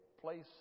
place